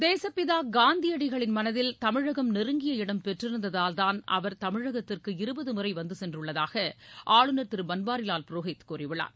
தேசுப்பிதா காந்தியடிகளின் மனதில் தமிழகம் நெருங்கிய இடம் பெற்றிருந்ததால்தான் அவர் தமிழகத்திற்கு இருபது முறை வந்து சென்றுள்ளதாக ஆளுநர் திரு பன்வாரிலால் புரோஹித் கூறியுள்ளார்